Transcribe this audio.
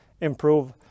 improve